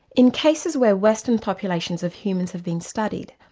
in cases were western populations of humans have been studied,